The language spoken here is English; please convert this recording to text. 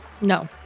No